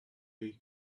week